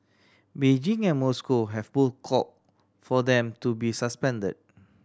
Beijing and Moscow have both called for them to be suspended